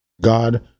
God